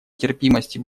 терпимости